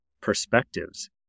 perspectives